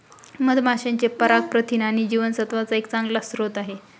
मधमाशांचे पराग प्रथिन आणि जीवनसत्त्वांचा एक चांगला स्रोत आहे